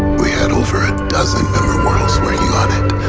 we had over a dozen other worlds working on it.